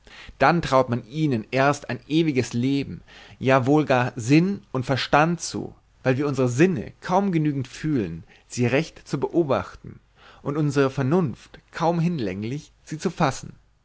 dann traut man ihnen erst ein ewiges leben ja wohl gar sinn und verstand zu weil wir unsere sinne kaum genügend fühlen sie recht zu beobachten und unsre vernunft kaum hinlänglich sie zu fassen